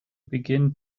begin